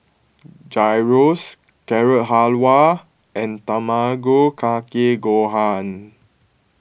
Gyros Carrot Halwa and Tamago Kake Gohan